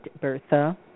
Bertha